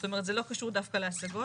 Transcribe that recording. זאת אומרת, זה לא קשור דווקא להשגות,